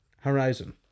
Horizon